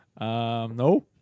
No